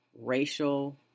racial